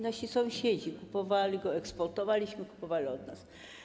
Nasi sąsiedzi kupowali go, eksportowaliśmy go, kupowali od nas.